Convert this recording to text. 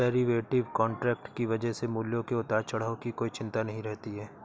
derivative contract की वजह से मूल्यों के उतार चढ़ाव की कोई चिंता नहीं रहती है